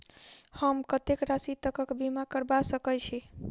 हम कत्तेक राशि तकक बीमा करबा सकै छी?